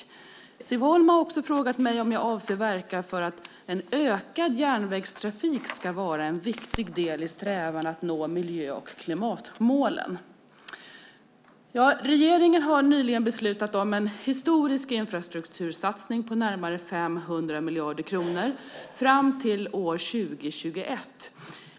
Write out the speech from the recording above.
Siv Holma har också frågat mig om jag avser att verka för att en ökad järnvägstrafik ska vara en viktig del i strävan att nå miljö och klimatmålen. Regeringen har nyligen beslutat om en historisk infrastruktursatsning på närmare 500 miljarder kronor fram till år 2021.